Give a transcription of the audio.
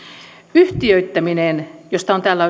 yhtiöittäminen josta on täällä